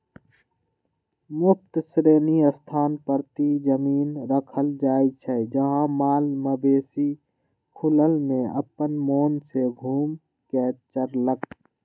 मुक्त श्रेणी स्थान परती जमिन रखल जाइ छइ जहा माल मवेशि खुलल में अप्पन मोन से घुम कऽ चरलक